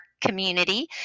community